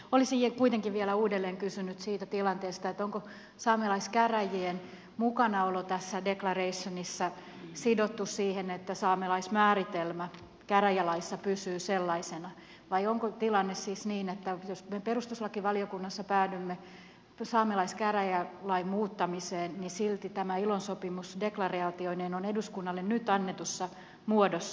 olisin kuitenkin vielä uudelleen kysynyt siitä tilanteesta onko saamelaiskäräjien mukana olo tässä declarationissa sidottu siihen että saamelaismääritelmä käräjälaissa pysyy sellaisena vai onko tilanne niin että jos me perustuslakivaliokunnassa päädymme saamelaiskäräjälain muuttamiseen niin silti tämä ilo sopimus declarationeineen on eduskunnalle nyt annetussa muodossa